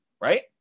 right